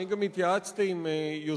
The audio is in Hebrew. אני גם התייעצתי עם יוזם